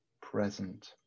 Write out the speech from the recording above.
present